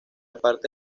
parte